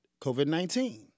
COVID-19